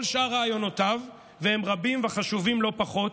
כל שאר רעיונותיו, והם רבים וחשובים לא פחות,